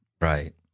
Right